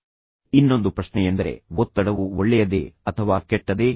ಮತ್ತು ಅದಕ್ಕೂ ಮೊದಲು ನಾವು ಕೇಳಬೇಕಾದ ಇನ್ನೊಂದು ಪ್ರಶ್ನೆಯೆಂದರೆ ಒತ್ತಡವು ಒಳ್ಳೆಯದೇ ಅಥವಾ ಕೆಟ್ಟದೇ